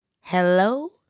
Hello